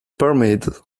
permitted